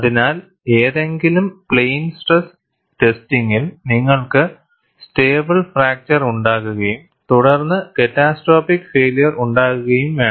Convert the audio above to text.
അതിനാൽ ഏതെങ്കിലും plane stress ടെസ്റ്റിംഗിൽ നിങ്ങൾക്ക് സ്റ്റേബിൾ ഫ്രാക്ചർ ഉണ്ടാകുകയും തുടർന്ന് ക്യാറ്റസ്ട്രോപ്പിക് ഫൈയില്യർ ഉണ്ടാകുകയും വേണം